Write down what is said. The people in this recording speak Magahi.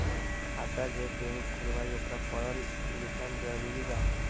खाता जे केहु खुलवाई ओकरा परल लिखल जरूरी वा?